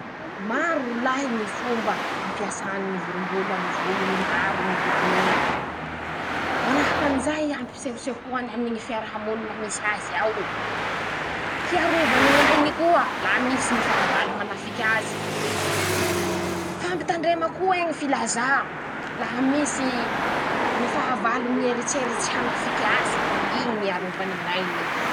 Maro rolahy ñy fomba ampiasany ñy vorombola ñy volony maro ñy lokon'iñe: -Manahaky anizay hampisehosehoany aminy ñy fiarahamonina misy azy ao. hiarovany ñ'ainy koa laha misy ñy fahavalo hanafiky azy. fampitandrema ko'eñy filazà laha misy. ñy fahavalo mieritseritsy hanafiky azy, iñy ñ'iarovany ñ'ainy iñy.